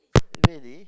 really